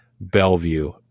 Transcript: Bellevue